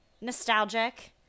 nostalgic